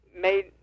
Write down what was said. made